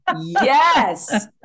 yes